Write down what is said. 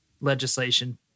legislation